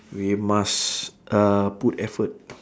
we must uh put effort